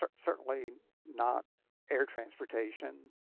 sort of certainly not air transportation,